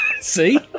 See